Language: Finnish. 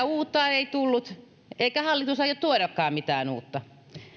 uutta ei tullut eikä hallitus aio tuodakaan mitään uutta